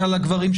על הגברים,